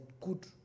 good